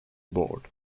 board